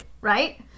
right